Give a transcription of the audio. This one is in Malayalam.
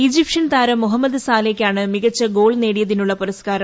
ഈജിപ്ഷ്യൻ താരം മുഹമ്മദ് സാലെയ്ക്കാണ് മികച്ച ഗോൾ നേടിയതിനുള്ള പുരസ്കാരം